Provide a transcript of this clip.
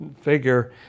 figure